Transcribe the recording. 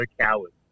Cowards